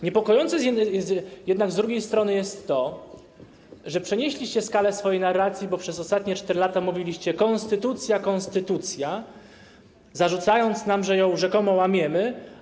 Niepokojące z drugiej strony jest to, że przenieśliście skalę swojej narracji, bo przez ostatnie 4 lata mówiliście: konstytucja, konstytucja, zarzucając nam, że ją rzekomo łamiemy.